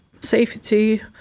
safety